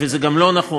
וזה גם לא נכון,